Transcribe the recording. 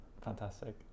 Fantastic